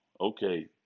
okay